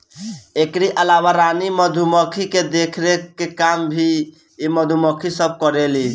एकरी अलावा रानी मधुमक्खी के देखरेख के काम भी इ मधुमक्खी सब करेली